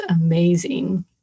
amazing